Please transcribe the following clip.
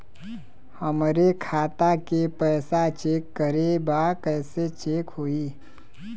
हमरे खाता के पैसा चेक करें बा कैसे चेक होई?